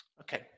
Okay